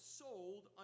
sold